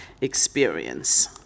experience